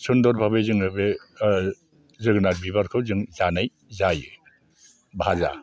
सुन्दर भाबै जोङो बे जोगोनार बिबारखौ जों जानाय जायो भाजा